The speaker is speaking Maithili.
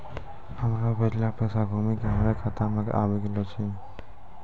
हमरो भेजलो पैसा घुमि के हमरे खाता मे आबि गेलो छै